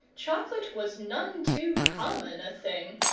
chocolate was none too common a thing,